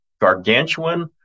gargantuan